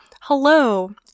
hello